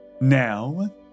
Now